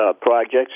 projects